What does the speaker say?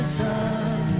sun